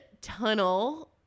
tunnel